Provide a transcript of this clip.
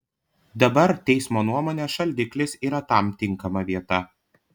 dabar teismo nuomone šaldiklis yra tam tinkama vieta